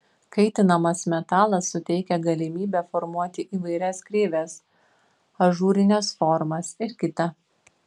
kaitinamas metalas suteikia galimybę formuoti įvairias kreives ažūrines formas ir kita